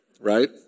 right